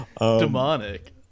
demonic